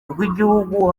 rw’igihugu